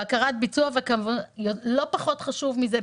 בקרת ביצוע ולא פחות חשוב מזה,